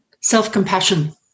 Self-compassion